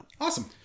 awesome